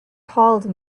called